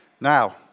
Now